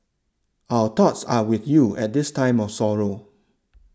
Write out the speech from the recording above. our thoughts are with you at this time of sorrow